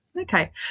Okay